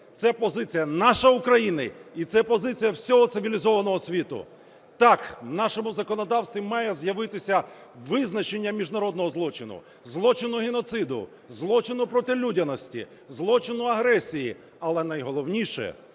Це позиція нашої України і це позиція всього цивілізованого світу. Так, в нашому законодавстві має з'явитися визначення міжнародного злочину, злочину геноциду, злочину проти людяності, злочину агресії, але найголовніше –